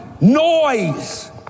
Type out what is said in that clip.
noise